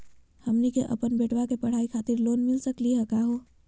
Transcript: हमनी के अपन बेटवा के पढाई खातीर लोन मिली सकली का हो?